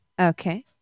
Okay